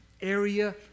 area